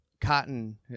cotton